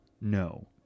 No